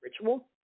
ritual